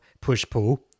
push-pull